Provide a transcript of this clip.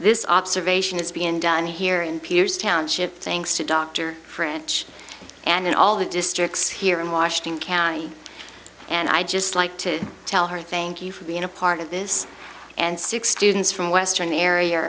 this observation is being done here in piers township thanks to dr french and all the districts here in washington county and i'd just like to tell her thank you for being a part of this and six students from western area